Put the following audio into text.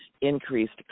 increased